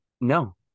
No